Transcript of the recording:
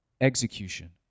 execution